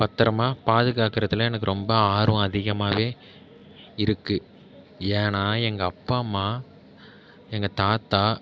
பத்திரமா பாதுகாக்கிறதுல எனக்கு ரொம்ப ஆர்வம் அதிகமாகவே இருக்குது ஏன்னால் எங்கள் அப்பா அம்மா எங்கள் தாத்தா